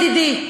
ידידי,